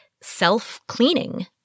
self-cleaning